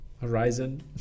horizon